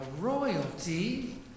royalty